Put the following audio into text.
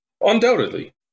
Undoubtedly